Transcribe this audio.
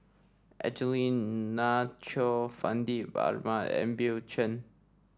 Angelina Choy Fandi Ahmad and Bill Chen